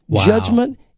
Judgment